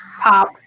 pop